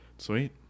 sweet